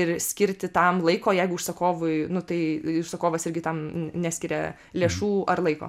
ir skirti tam laiko jeigu užsakovui nu tai užsakovas irgi tam neskiria lėšų ar laiko